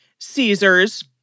Caesar's